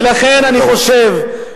ולכן אני חושב,